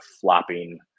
flopping